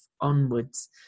onwards